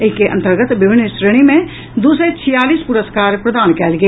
एहि के अन्तर्गत विभिन्न श्रेणी मे दू सय छियालीस पुरस्कार प्रदान कयल गेल